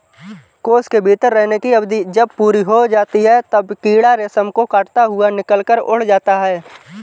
कोश के भीतर रहने की अवधि जब पूरी हो जाती है, तब कीड़ा रेशम को काटता हुआ निकलकर उड़ जाता है